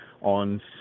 on